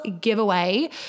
giveaway